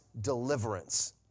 deliverance